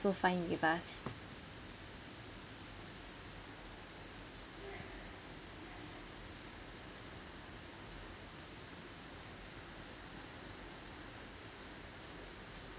also fine with us